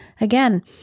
Again